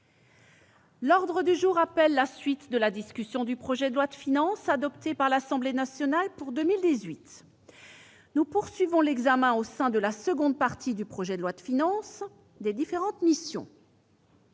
emploi. Nous reprenons la discussion du projet de loi de finances, adopté par l'Assemblée nationale, pour 2018. Nous poursuivons l'examen, au sein de la seconde partie du projet de loi de finances, des différentes missions.